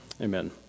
Amen